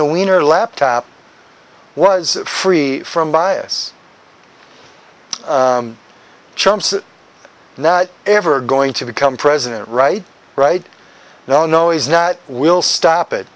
the winner laptop was free from bias chums now ever going to become president right right now no is not will stop it